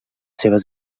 seves